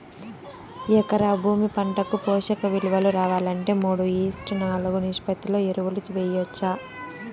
ఎకరా భూమి పంటకు పోషక విలువలు రావాలంటే మూడు ఈష్ట్ నాలుగు నిష్పత్తిలో ఎరువులు వేయచ్చా?